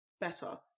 better